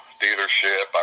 dealership